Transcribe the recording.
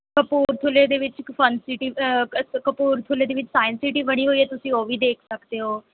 ਕਪੂਰਥਲੇ ਦੇ ਵਿੱਚ ਇੱਕ ਫਨਸਿਟੀ ਕਪੂਰਥਲੇ ਦੇ ਵਿੱਚ ਸਾਇੰਸ ਸਿਟੀ ਬਣੀ ਹੋਈ ਹੈ ਤੁਸੀਂ ਉਹ ਵੀ ਦੇਖ ਸਕਦੇ ਹੋ